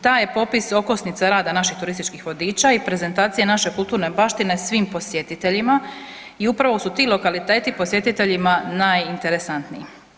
Taj je popis okosnica rada naših turističkih vodiča i prezentacija naše kulturne baštine svim posjetiteljima i upravo su ti lokaliteti posjetiteljima najinteresantniji.